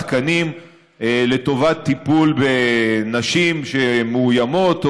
תקנים לטובת טיפול בנשים שמאוימות,